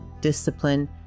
discipline